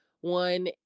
one